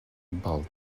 val